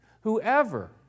Whoever